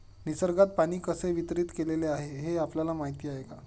निसर्गात पाणी कसे वितरीत केलेले आहे हे आपल्याला माहिती आहे का?